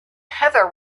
heather